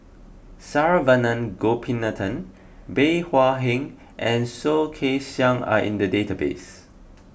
Saravanan Gopinathan Bey Hua Heng and Soh Kay Siang are in the database